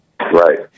Right